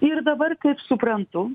ir dabar kaip suprantu